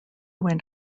went